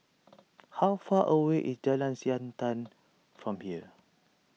how far away is Jalan Siantan from here